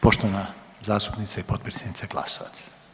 Poštovana zastupnica i potpredsjednica Glasovac.